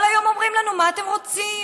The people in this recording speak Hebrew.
כל היום אומרים לנו: מה אתם רוצים?